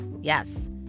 yes